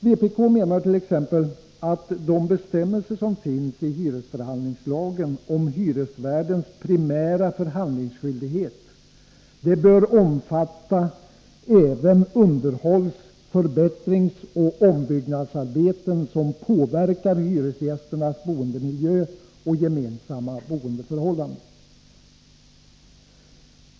Vpk menar t.ex. att de bestämmelser som finns i hyresförhandlingslagen om hyresvärdens primära förhandlingsskyldighet bör omfatta även underhålls-, förbättringsoch ombyggnadsarbeten som påverkar hyresgästernas boendemiljö och gemensamma boendeförhållanden.